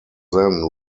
then